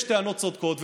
יש טענות צודקות,